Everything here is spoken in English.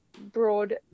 broad